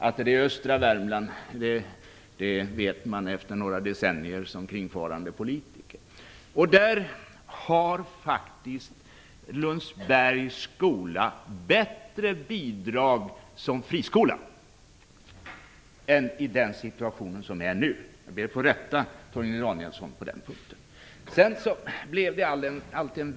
Att Lundsberg ligger i östra Värmland vet man efter några decennier som kringfarande politiker. Lundsbergs skola har faktiskt bättre bidrag som friskola än i den situation som är nu. Jag ber att få rätta Torgny Danielsson på den punkten.